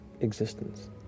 existence